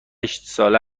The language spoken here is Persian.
ساله